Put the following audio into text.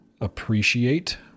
appreciate